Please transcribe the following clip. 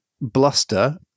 bluster